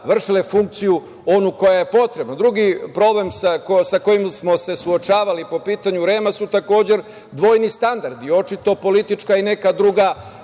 vršile funkciju onu koja je potrebna. Drugi problem sa kojim smo se suočavali po pitanju REM-a su, takođe, dvojni standardi. Očito politička i neka druga